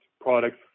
products